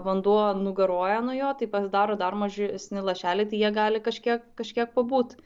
vanduo nugaruoja nuo jo tai pasidaro dar mažesni lašeliai tai jie gali kažkiek kažkiek pabūt